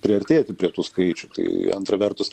priartėti prie tų skaičių tai antra vertus